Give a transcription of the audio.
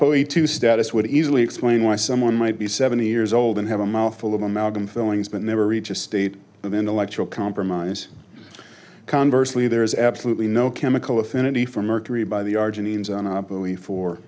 up to status would easily explain why someone might be seventy years old and have a mouthful of amalgam fillings but never reach a state of intellectual compromise conversely there is absolutely no chemical affinity for mercury by the